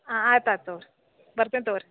ಹಾಂ ಆಯ್ತ್ ಆಯ್ತ್ ತಗೊರಿ ಬರ್ತೇನೆ ತಗೊರಿ